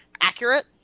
accurate